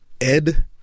Ed